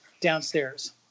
downstairs